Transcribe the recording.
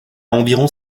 environ